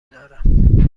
دارم